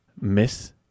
Miss